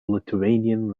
lithuanian